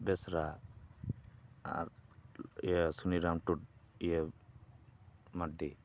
ᱵᱮᱥᱨᱟ ᱟᱨ ᱤᱭᱟᱹ ᱥᱩᱱᱤᱨᱟᱢ ᱴᱩᱰᱩ ᱤᱭᱟᱹ ᱢᱟᱨᱰᱤ